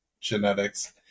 genetics